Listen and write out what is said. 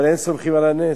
אבל אין סומכים על הנס.